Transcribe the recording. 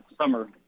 summer